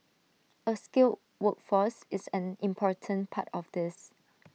A skilled workforce is an important part of this